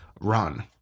run